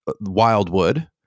Wildwood